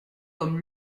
comme